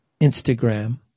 Instagram